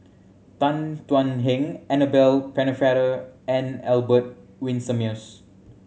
Tan Thuan Heng Annabel Pennefather and Albert Winsemius